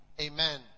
Amen